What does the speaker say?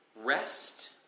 rest